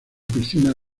piscina